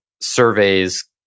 surveys